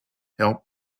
help